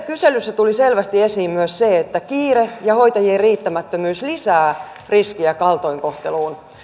kyselyssä tuli selvästi esiin myös se että kiire ja hoitajien riittämättömyys lisäävät riskiä kaltoinkohteluun